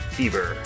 Fever